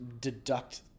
deduct